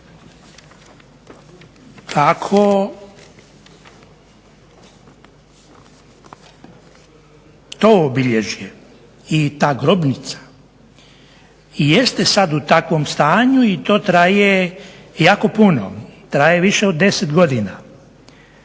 Ako to obilježje i ta grobnica jeste sada u takvom stanju i to traje jako puno, traje više od 10 godina,